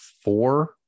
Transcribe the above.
Four